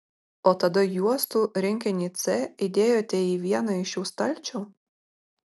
o tada juostų rinkinį c įdėjote į vieną iš šių stalčių